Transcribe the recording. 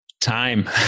Time